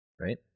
right